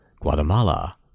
Guatemala